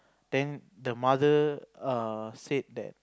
then the mother err said that